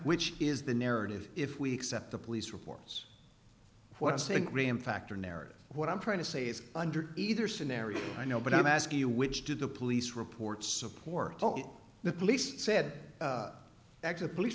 which is the narrative if we accept the police reports what i'm saying graham factor narrative what i'm trying to say is under either scenario i know but i'm asking you which do the police reports support the police said that the police